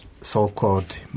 so-called